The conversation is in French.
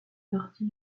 partie